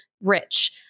rich